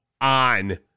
on